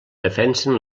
defensen